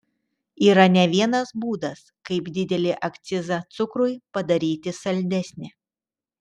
yra ne vienas būdas kaip didelį akcizą cukrui padaryti saldesnį